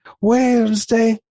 Wednesday